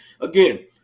again